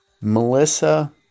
Melissa